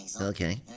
Okay